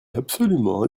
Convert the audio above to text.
absolument